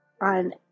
on